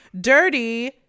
Dirty